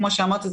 כפי שאמרתי,